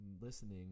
listening